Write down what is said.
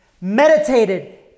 meditated